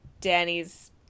Danny's